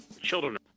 Children